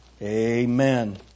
Amen